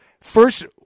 First